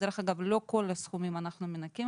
דרך אגב לא כל הסכומים אנחנו מנכים,